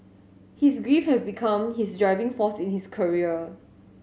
his grief had become his driving force in his career